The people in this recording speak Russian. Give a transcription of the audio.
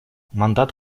мандат